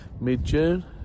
mid-june